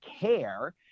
care